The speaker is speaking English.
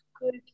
good